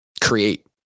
create